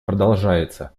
продолжается